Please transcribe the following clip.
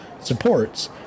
supports